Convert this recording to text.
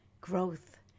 growth